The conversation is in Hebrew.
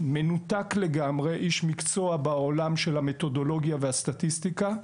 מנותק לגמרי; איש מקצוע בעולם של המתודולוגיה והסטטיסטיקה,